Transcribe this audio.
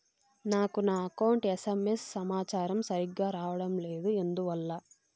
నాకు నా account SMS సమాచారము సరిగ్గా రావడం లేదు ఎందువల్ల?